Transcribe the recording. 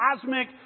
cosmic